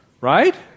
right